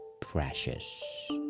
Precious